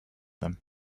them